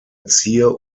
zier